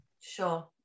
Sure